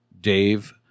Dave